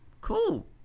Cool